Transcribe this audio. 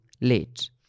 late